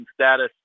status